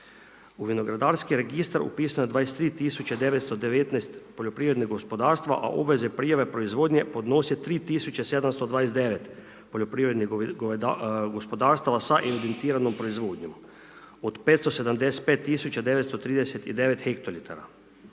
U vinogradarski registar upisano je 23919 poljoprivrednih gospodarstva, a obveze prijave proizvodnje, podnosi 3729 poljoprivrednih gospodarstava sa evidentiranom proizvodnjom, od 575939 hektolitara.